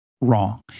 wrong